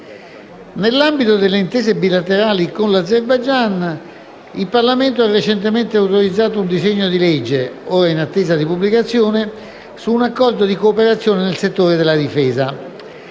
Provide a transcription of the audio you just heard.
Nell'ambito delle intese bilaterali con l'Azerbaijan, il Parlamento ha recentemente autorizzato un disegno di legge - ora in attesa di pubblicazione - relativo ad un Accordo di cooperazione nel settore della difesa.